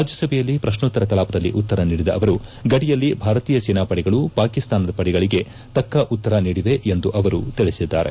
ರಾಜ್ಯಸಭೆಯಲ್ಲಿ ಪ್ರಶ್ನೋತ್ತರ ಕಲಾಪದಲ್ಲಿ ಉತ್ತರ ನೀಡಿದ ಅವರು ಗಡಿಯಲ್ಲಿ ಭಾರತೀಯ ಸೇನಾ ಪಡೆಗಳು ಪಾಕಿಸ್ತಾನದ ಪಡೆಗಳಿಗೆ ತಕ್ಕ ಉತ್ತರ ನೀಡಿವೆ ಎಂದೂ ಅವರು ತಿಳಿಸಿದ್ದಾರೆ